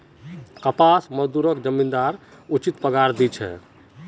कपास मजदूरक जमींदार उचित पगार दी छेक